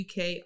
UK